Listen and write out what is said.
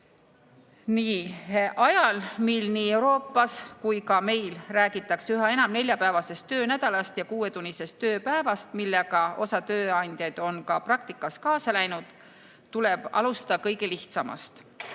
Ajal, mil nii [mujal] Euroopas kui ka meil räägitakse üha enam neljapäevasest töönädalast ja kuuetunnisest tööpäevast, millega osa tööandjaid on ka praktikas kaasa läinud, tuleb alustada kõige lihtsamast.